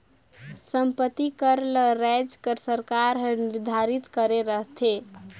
संपत्ति कर ल राएज कर सरकार हर निरधारित करे रहथे